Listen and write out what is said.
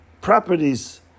properties